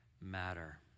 matter